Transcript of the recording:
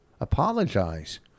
Apologize